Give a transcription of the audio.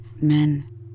men